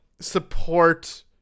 support